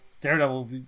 Daredevil